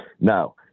no